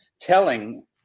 telling